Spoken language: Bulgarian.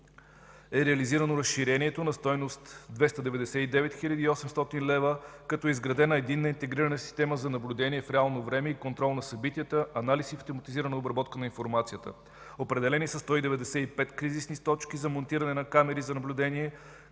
е реализирано разширението на стойност 299 хил. 800 лв., като е изградена единна интегрирана система за наблюдение в реално време и контрол на събитията, анализ и систематизирана обработка на информацията. Определени са 195 кризисни точки за монтиране на камери за наблюдение,